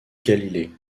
galilée